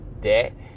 debt